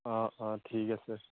অঁ অঁ ঠিক আছে